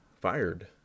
fired